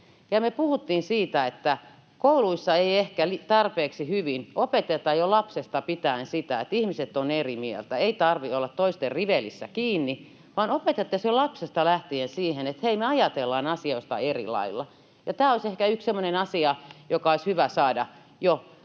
puhuttiin siitä, että kouluissa ei ehkä tarpeeksi hyvin opeteta jo lapsesta pitäen sitä, että ihmiset ovat eri mieltä. Ei tarvitse olla toisten rivelissä kiinni, vaan opetettaisiin jo lapsesta lähtien siihen, että hei, me ajatellaan asioista eri lailla. Ja tämä tämmöinen väittelyn taito olisi ehkä yksi semmoinen asia, joka olisi hyvä saada jo lapsesta